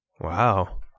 Wow